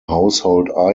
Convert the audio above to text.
household